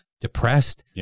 depressed